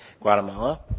Guatemala